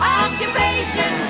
occupation